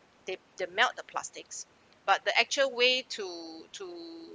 they they melt the plastics but the actual way to to